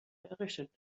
errichtet